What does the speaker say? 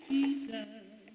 Jesus